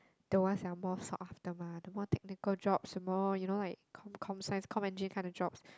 the ones that are more sought after mah the more technical jobs the more you know like com com science com engineer kind of jobs